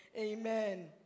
Amen